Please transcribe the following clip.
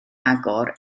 agor